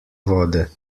vode